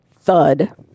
thud